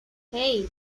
hey